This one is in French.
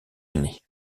unis